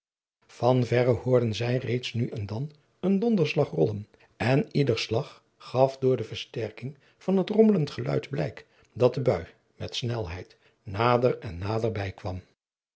verre hoorden zij reeds nu en dan een donderslag rollen en ieder flag gaf door de versterking van het rommelend geluid blijk dat de bui met snelheid nader en nader bij kwam